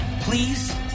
please